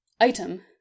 item